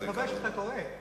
אתה מקווה שאתה טועה.